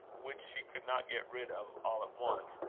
which she could not get rid of all at once,